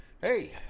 Hey